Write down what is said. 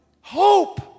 Hope